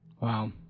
Wow